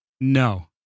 no